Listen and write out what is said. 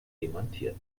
demontiert